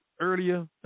earlier